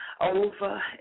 Over